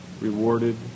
rewarded